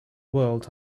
world